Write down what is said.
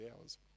hours